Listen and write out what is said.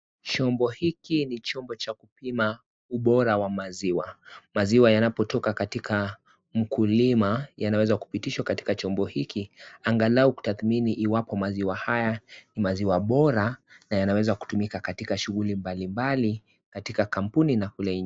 Chombo hiki ni chombo cha kupima ubora wa maziwa. Maziwa yanapotoka katika mkulima yanaweza kupitishwa katika chombo hiki angalau kutathmini ikiwa maziwa haya ni maziwa bora na yanaweza kutumika katika shughuli mbali mbali katika kampuni na kule nje.